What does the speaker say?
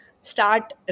start